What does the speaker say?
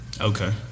Okay